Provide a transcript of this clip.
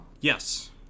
Yes